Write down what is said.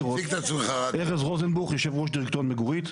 ארז רוזנבוך, יו"ר דירקטוריון מגוריט.